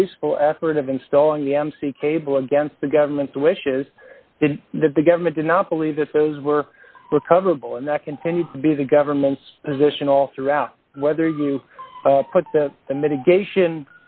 wasteful effort of installing the mc cable against the government's wishes that the government did not believe this those were recoverable and that continues to be the government's position all throughout whether you put the mitigation